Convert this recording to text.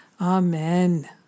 amen